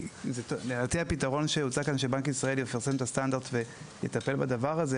לדעתי הפתרון שהוצע כאן שבנק ישראל יפרסם את הסטנדרט ויטפל בדבר הזה,